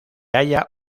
halla